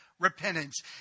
Repentance